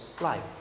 life